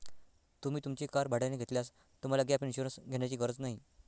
तुम्ही तुमची कार भाड्याने घेतल्यास तुम्हाला गॅप इन्शुरन्स घेण्याची गरज नाही